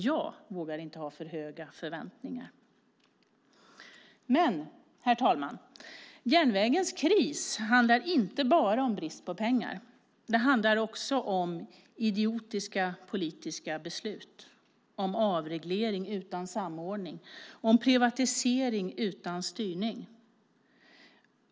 Jag vågar inte ha för höga förväntningar. Men, herr talman, järnvägens kris handlar inte bara om brist på pengar. Det handlar också om idiotiska politiska beslut om avreglering utan samordning, om privatisering utan styrning.